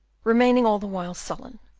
remaining all the while sullen,